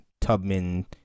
tubman